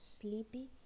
sleepy